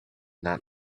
not